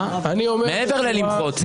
מעבר למחות.